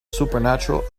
supernatural